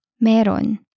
Meron